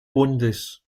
bundes